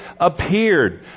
appeared